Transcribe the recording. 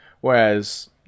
whereas